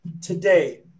today